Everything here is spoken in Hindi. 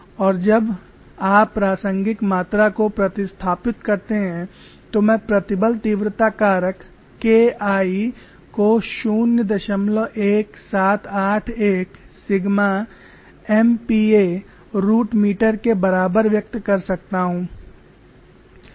और जब आप प्रासंगिक मात्रा को प्रतिस्थापित करते हैं तो मैं प्रतिबल तीव्रता कारक K I को 01781 सिग्मा MPa रूट मीटर के बराबर व्यक्त कर सकता हूं